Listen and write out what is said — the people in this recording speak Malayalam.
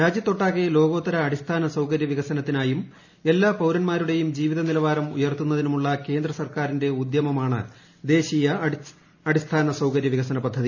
ര്ാജ്യ്ത്തൊട്ടാകെ ലോകോത്തര അടിസ്ഥാന സൌകര്യ വികസനത്തിനായും എല്ലാ പൌരന്മാരുടെയും ജീവിതനിലവാരം ഉയർത്തുന്നതിനുമുള്ള കേന്ദ്ര സർക്കാരിന്റെ ഉദ്യമമാണ് ദേശീയ അടിസ്ഥാനസൌകര്യ പദ്ധതി